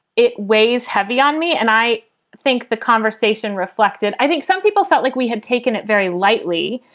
it weighs heavy on me. and i think the conversation reflected. i think some people felt like we had taken it very lightly.